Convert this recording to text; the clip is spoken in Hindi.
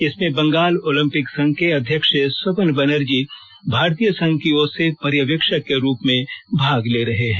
इसमें बंगाल ओलंपिक संघ के अध्यक्ष स्वपन बनर्जी भारतीय संघ की ओर से पर्यवेक्षक के रूप में भाग ले रहे हैं